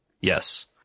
Yes